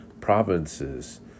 provinces